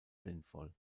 sinnvoll